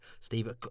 Steve